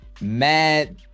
mad